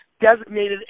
designated